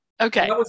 Okay